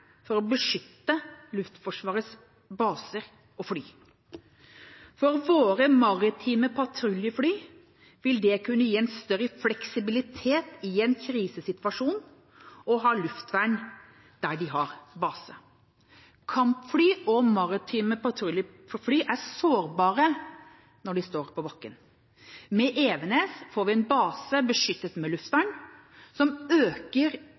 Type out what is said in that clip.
for å beskytte Luftforsvarets baser og fly. For våre maritime patruljefly vil det kunne gi en større fleksibilitet i en krisesituasjon å ha luftvern der de har base. Kampfly og maritime patruljefly er sårbare når de står på bakken. Med Evenes får vi en base beskyttet med luftvern, som øker